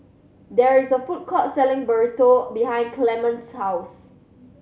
there is a food court selling Burrito behind Clement's house